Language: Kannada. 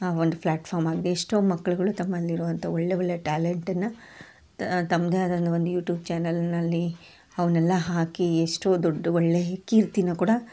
ಒಂದು ಫ್ಲ್ಯಾಟ್ಫಾರ್ಮ್ ಆಗಿದೆ ಎಷ್ಟೋ ಮಕ್ಕಳುಗಳು ತಮ್ಮಲ್ಲಿರುವಂಥ ಒಳ್ಳೆಯ ಒಳ್ಳೆಯ ಟ್ಯಾಲೆಂಟನ್ನು ತಮ್ಮದೇ ಆದ ಒಂದು ಯುಟ್ಯೂಬ್ ಚ್ಯಾನಲ್ನಲ್ಲಿ ಅವನ್ನೆಲ್ಲ ಹಾಕಿ ಎಷ್ಟೋ ದೊಡ್ಡ ಒಳ್ಳೆಯ ಕೀರ್ತಿನ ಕೂಡ